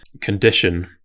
condition